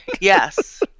Yes